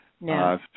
no